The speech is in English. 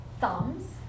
thumbs